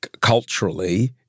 culturally